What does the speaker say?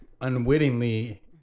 Unwittingly